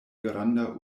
granda